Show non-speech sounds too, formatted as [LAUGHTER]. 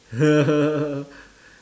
[LAUGHS]